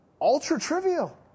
ultra-trivial